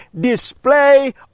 display